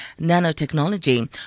nanotechnology